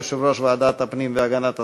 יושב-ראש ועדת הפנים והגנת הסביבה,